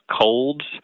colds